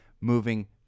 moving